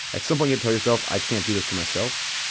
at some point you tell yourself, i can't do this to myself,